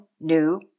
new